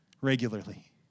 regularly